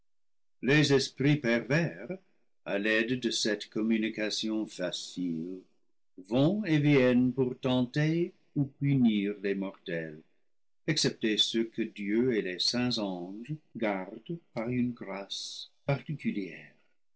les esprits pervers à l'aide de cette communication facile vont et viennent pour tenter ou punir les livre ii mortels excepté ceux que dieu et les saints anges gardent par une grâce particulière